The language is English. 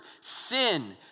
sin